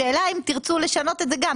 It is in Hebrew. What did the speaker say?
השאלה אם תרצו לשנות את זה גם,